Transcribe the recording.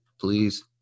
please